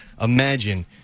imagine